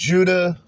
Judah